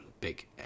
big